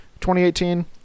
2018